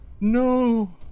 No